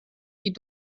die